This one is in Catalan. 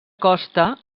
costa